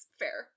fair